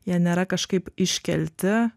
jie nėra kažkaip iškelti